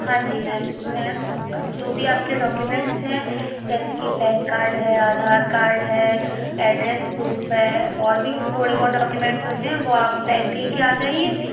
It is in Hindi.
हाँ जी मैम मैम जो भी आपके डौक्यूमेंट्स हैं जैसे कि पैन कार्ड है आधार कार्ड है एड्रेस प्रूफ़ है और भी थोड़े बहुत डौक्यूमेंट्स होते हैं वो आप बैंक ले कर आ जाइए